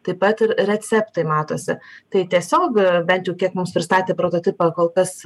taip pat ir receptai matosi tai tiesiog bent jau kiek mums pristatė prototipą kol kas